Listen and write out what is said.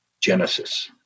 Genesis